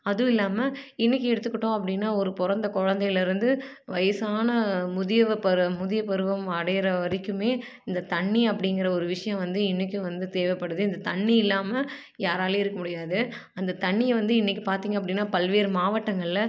அதுவும் இல்லாமல் இன்றைக்கி எடுத்துக்கிட்டோம் அப்படின்னா ஒரு பிறந்த குழந்தையிலருந்து வயதான முதியவர் பரு முதிய பருவம் அடையுற வரைக்குமே இந்த தண்ணி அப்படிங்கிற ஒரு விஷயம் வந்து இன்றைக்கும் வந்து தேவைப்படுது இந்த தண்ணி இல்லாமல் யாராலையும் இருக்க முடியாது அந்த தண்ணியை வந்து இன்றைக்கி பார்த்திங்க அப்படின்னா பல்வேறு மாவட்டங்களில்